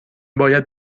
باید